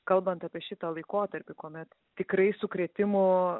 kalbant apie šitą laikotarpį kuomet tikrai sukrėtimų